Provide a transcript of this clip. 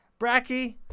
Bracky